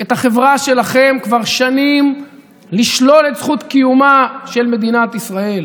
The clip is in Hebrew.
את החברה שלכם כבר שנים לשלול את זכות קיומה של מדינת ישראל.